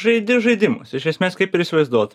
žaidi žaidimus iš esmės kaip ir įsivaizduot